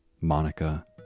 Monica